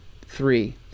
three